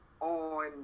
on